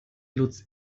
lutz